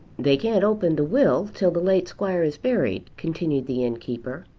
they can't open the will till the late squire is buried, continued the innkeeper,